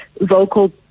vocal